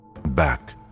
Back